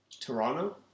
Toronto